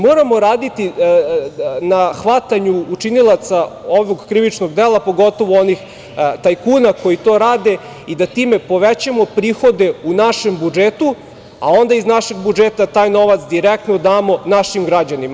Moramo raditi na hvatanju učinilaca ovog krivičnog dela, pogotovo onih tajkuna koji to rade i da time povećamo prihode u našem budžetu, a onda iz našeg budžeta da taj novac direktno damo naših građanima.